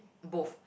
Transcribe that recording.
both